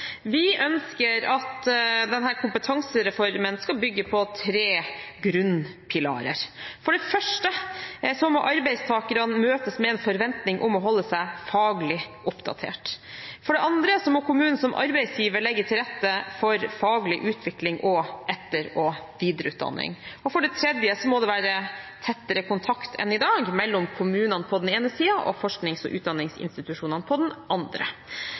Vi ønsker at denne kompetansereformen skal bygge på tre grunnpilarer. For det første må arbeidstakerne møtes med en forventning om å holde seg faglig oppdatert. For det andre må kommunen som arbeidsgiver legge til rette for faglig utvikling og etter- og videreutdanning. For det tredje må det være tettere kontakt enn i dag mellom kommunene på den ene siden og forsknings- og utdanningsinstitusjonene på den andre.